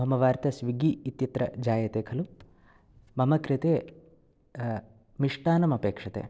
मम वार्ता स्विग्गी इत्यत्र जायते खलु मम कृते मिष्टान्नम् अपेक्ष्यते